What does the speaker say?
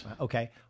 Okay